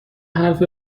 حرف